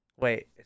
wait